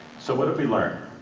so what have we learned?